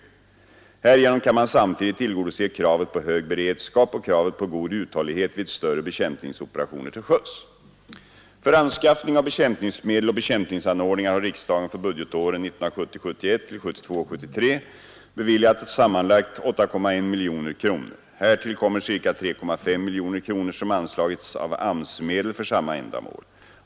Härigenom kan man samtidigt tillgodose kravet på hög beredskap och kravet på god uthållighet vid större bekämpningsoperationer till sjöss. För anskaffning av bekämpningsmedel och bekämpningsanordningar har riksdagen för budgetåren 1970 73 beviljat sammanlagt 8,1 miljoner kronor. Härtill kommer ca 3,5 miljoner kronor som anslagits av AMS-medel för samma ändamål.